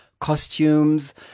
costumes